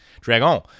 Dragon